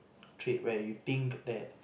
trait where you think that